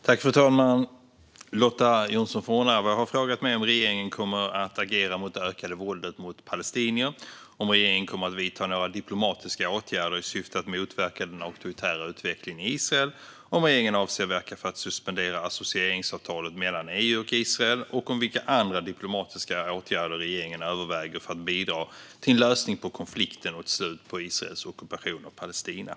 Fru talman! Lotta Johnsson Fornarve har frågat mig om regeringen kommer att agera mot det ökade våldet mot palestinier, om regeringen kommer att vidta några diplomatiska åtgärder i syfte att motverka den auktoritära utvecklingen i Israel, om regeringen avser att verka för att suspendera associeringsavtalet mellan EU och Israel och om vilka andra diplomatiska åtgärder regeringen överväger för att bidra till en lösning på konflikten och ett slut på Israels ockupation av Palestina.